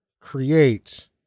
create